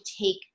take